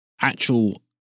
actual